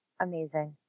amazing